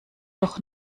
doch